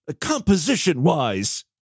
composition-wise